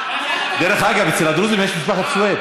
דרך אגב, אצל הדרוזים יש משפחת סווד.